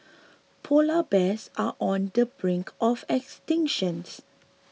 Polar Bears are on the brink of extinctions